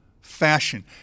fashion